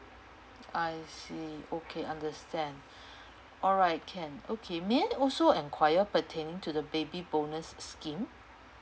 I see okay understand alright can okay may I also inquire pertaining to the baby bonus scheme